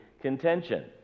contention